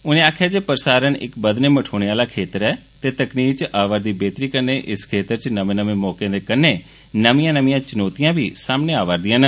उनें आखेआ जे प्रसारण इक बधने मठोने आह्ला खेत्तर ऐ ते तकनीक च आवै'रदी बेह्तरी कन्नै इस खेत्तर च नमें मौकें दे कन्नै कन्नै नमियां चुनौतियां बी सामने आवै'रदिआं न